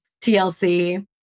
tlc